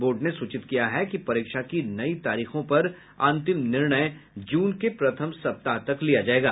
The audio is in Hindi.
बोर्ड ने सूचित किया है कि परीक्षा की नई तारीखों पर अंतिम निर्णय जून के प्रथम सप्ताह तक लिया जाएगा